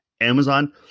Amazon